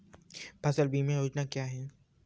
फसल बीमा योजना क्या है?